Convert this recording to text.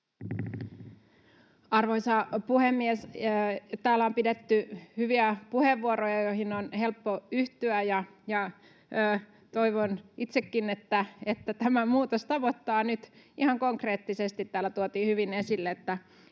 Arvoisa puhemies! Täällä on pidetty hyviä puheenvuoroja, joihin on helppo yhtyä. Toivon itsekin, että tämä muutos tavoittaa nyt. Ihan konkreettisesti täällä tuotiin hyvin esille,